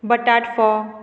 बटाटफोव